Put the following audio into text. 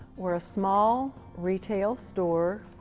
we're a small retail store.